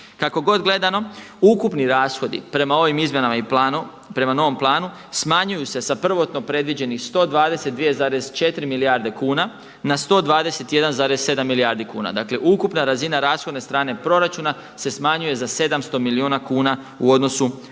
Kako god gledano ukupni rashodi prema ovim izmjenama i planu, prema novom planu smanjuju se sa prvotno predviđenih 122,4 milijarde kuna na 121,7 milijardi kuna. Dakle ukupna razina rashodovne strane proračuna se smanjuje za 700 milijuna kuna u odnosu na